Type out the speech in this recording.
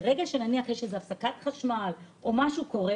שיש הפסקת חשמל או משהו קורה